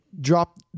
drop